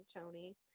tony